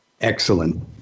Excellent